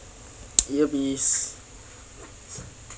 earpiece